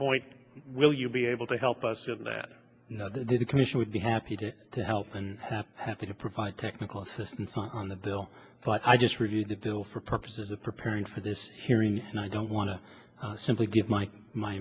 point will you be able to help us in that they did a commission would be happy to do to help and perhaps have to provide technical assistance on the bill but i just reviewed the bill for purposes of preparing for this hearing and i don't want to simply give my my